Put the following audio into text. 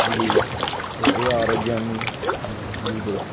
ఇది హృదయ ఆరోగ్యాన్ని మెరుగుపరుస్తుంది